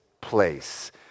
place